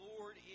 Lord